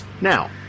Now